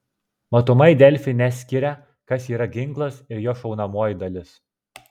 matomai delfi neskiria kas yra ginklas ir jo šaunamoji dalis